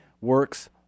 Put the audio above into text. works